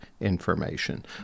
information